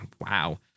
wow